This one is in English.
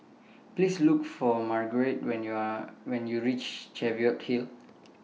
Please Look For Marguerite when YOU Are when YOU REACH Cheviot Hill